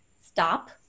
stop